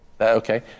Okay